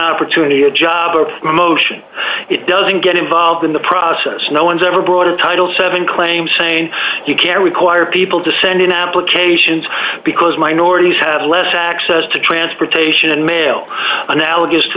opportunity a job or promotion it doesn't get involved in the process no one's ever brought a title seven claim saying you can't require people to send in applications because minorities have less access to transportation and mail analogous to